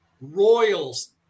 Royals